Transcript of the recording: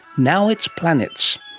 now it's planets.